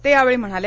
ते यावेळी म्हणाले